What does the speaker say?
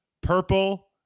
Purple